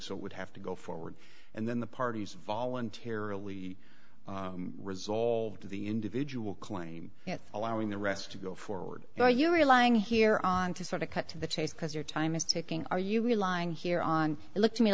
so it would have to go forward and then the parties voluntarily resolved the individual claim allowing the rest to go forward now you're relying here on to sort of cut to the chase because your time is ticking are you relying here on look to me